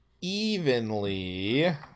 evenly